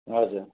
हजुर